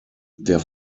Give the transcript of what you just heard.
der